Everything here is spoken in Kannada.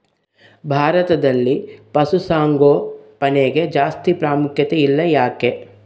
ಭಾರತದಲ್ಲಿ ಪಶುಸಾಂಗೋಪನೆಗೆ ಜಾಸ್ತಿ ಪ್ರಾಮುಖ್ಯತೆ ಇಲ್ಲ ಯಾಕೆ?